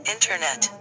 Internet